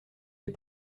des